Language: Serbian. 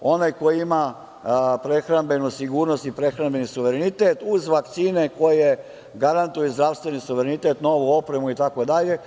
Onaj koji ima prehrambenu sigurnost i prehrambeni suverenitet, uz vakcine koje garantuje zdravstveni suverenitet, novu opremu itd.